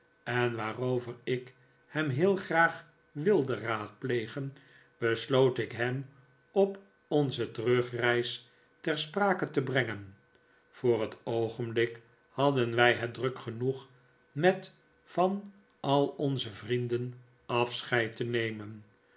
en waarover ik hem heel graag wilde raadplegen besloot ik hem op onze terugreis ter sprake te brengen voor het oogenblik hadden wij het druk genoeg met van al onze vrienden afscheid te nemen